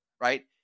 right